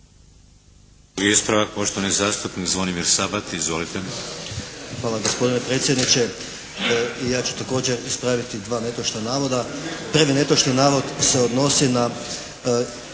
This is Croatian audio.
Drugi ispravak poštovani zastupnik Zvonimir Sabati. **Sabati, Zvonimir (HSS)** Hvala gospodine predsjedniče. I ja ću također ispraviti dva netočna navoda. Naime, netočni navod se odnosi na